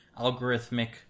algorithmic